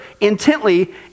intently